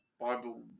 Bible